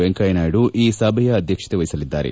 ವೆಂಕಯ್ಯನಾಯ್ಗು ಈ ಸಭೆಯ ಅಧ್ಯಕ್ಷತೆ ವಹಿಸಲಿದ್ದಾರೆ